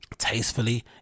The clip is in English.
Tastefully